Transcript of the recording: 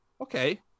Okay